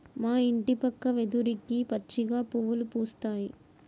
మా ఇంటి పక్క వెదురుకి పిచ్చిగా పువ్వులు పూస్తాయి